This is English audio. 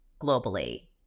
globally